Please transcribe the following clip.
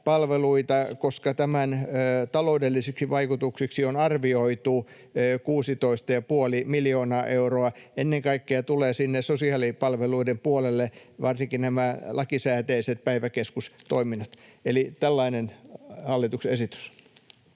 koska tämän taloudellisiksi vaikutuksiksi on arvioitu 16,5 miljoonaa euroa, ja ennen kaikkea tulee sinne sosiaalipalveluiden puolelle, varsinkin nämä lakisääteiset päiväkeskustoiminnat. — Eli tällainen hallituksen esitys.